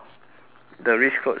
the rich coach say